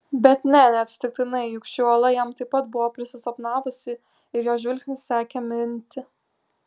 bet ne neatsitiktinai juk ši uola jam taip pat buvo prisisapnavusi ir jo žvilgsnis sekė mintį